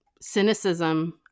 cynicism